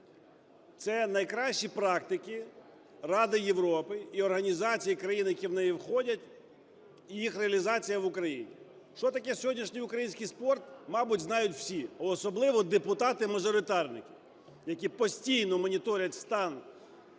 Це найкращі практики Ради Європи і організацій країн, які в неї входять, і їх реалізація в Україні. Що таке сьогоднішній український спорт, мабуть, знають всі, особливо депутати-мажоритарники, які постійно моніторять стан справ